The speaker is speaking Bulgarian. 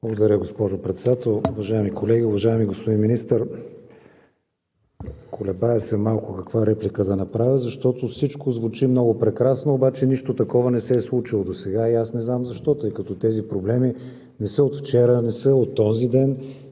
Благодаря, госпожо Председател. Уважаеми колеги, уважаеми господин Министър! Колебая се малко каква реплика да направя, защото всичко звучи много прекрасно, обаче нищо такова не се е случило досега. И аз не знам защо, тъй като тези проблеми не са от вчера, не са от онзи ден,